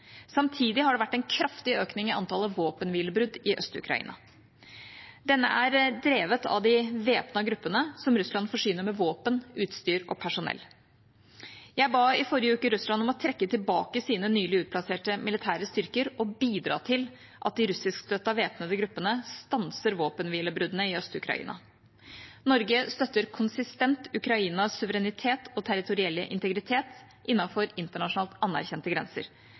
Samtidig har det vært en kraftig økning i antallet våpenhvilebrudd i Øst-Ukraina. Denne er drevet av de væpnede gruppene som Russland forsyner med våpen, utstyr og personell. Jeg ba i forrige uke Russland om å trekke tilbake sine nylig utplasserte militære styrker og bidra til at de russiskstøttede væpnede gruppene stanser våpenhvilebruddene i Øst-Ukraina. Norge støtter konsistent Ukrainas suverenitet og territorielle integritet innenfor internasjonalt anerkjente grenser.